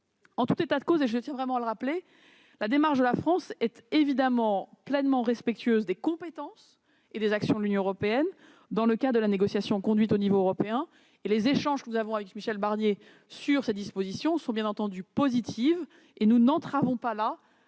En tout état de cause, je tiens à le rappeler, la démarche de la France est pleinement respectueuse des compétences et des actions de l'Union européenne, dans le cadre de la négociation conduite au niveau européen. Les échanges que nous avons avec Michel Barnier sur ces dispositions sont, bien entendu, positifs, et nous n'entravons en